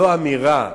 לא אמירה,